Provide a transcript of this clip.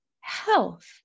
health